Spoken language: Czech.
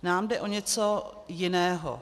Nám jde o něco jiného.